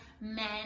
men